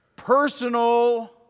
personal